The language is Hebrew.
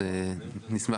אז נשמח.